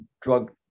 drug